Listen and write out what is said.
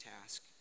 task